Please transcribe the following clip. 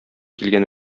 килгән